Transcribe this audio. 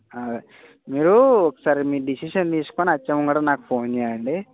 అదే మీరు ఒకసారి మీ డెసిషన్ తీసుకొని వచ్చే ముందర నాకు ఫోన్ చేయండి